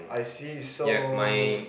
I see so